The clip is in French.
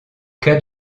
cas